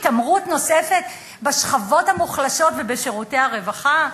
התעמרות נוספת בשכבות המוחלשות ובשירותי הרווחה?